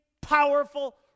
powerful